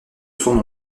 son